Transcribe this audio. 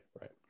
Right